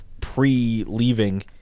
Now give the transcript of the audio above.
pre-leaving